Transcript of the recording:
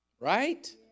Right